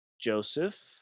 Joseph